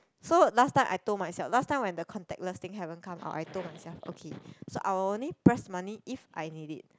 so last time I told myself last time when the contactless thing haven't come out I told myself okay so I will only press money if I need it